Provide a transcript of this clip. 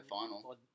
final